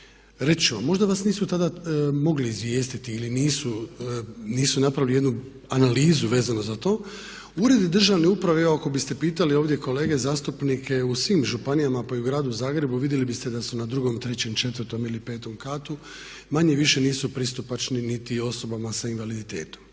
ću vam, možda vas nisu tada mogli izvijestiti ili nisu napravili jednu analizu vezano za to, ured državne uprave, evo ako biste pitali ovdje kolege zastupnike u svim županijama pa i u Gradu Zagrebu vidjeli biste da su na drugom, trećem, četvrtom ili petom katu, manje-više nisu pristupačni niti osobama sa invaliditetom,